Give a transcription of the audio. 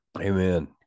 amen